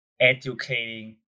educating